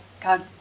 God